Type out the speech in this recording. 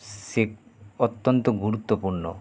সেক অত্যন্ত গুরুত্বপূর্ণ